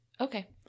Okay